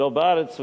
לא בארץ,